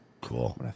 Cool